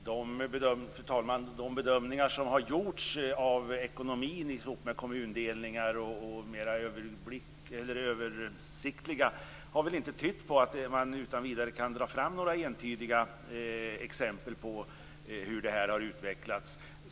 Fru talman! De bedömningar som har gjorts av ekonomin ihop med kommundelningar och som varit mera översiktliga har väl inte tytt på att man utan vidare kan dra fram några entydiga exempel på hur det här har utvecklats.